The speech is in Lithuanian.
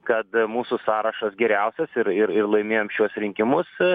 kad a mūsų sąrašas geriausias ir ir laimėjom šiuos rinkimus